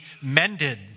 mended